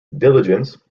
diligence